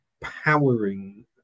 powering